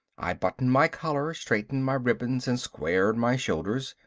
i buttoned my collar, straightened my ribbons and squared my shoulders.